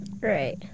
Right